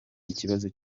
ikibazo